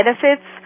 benefits